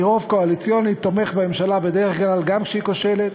כי רוב קואליציוני תומך בממשלה בדרך כלל גם כשהיא כושלת,